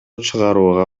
чыгарууга